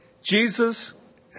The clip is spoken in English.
Jesus